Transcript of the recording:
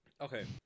Okay